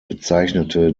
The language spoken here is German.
bezeichnete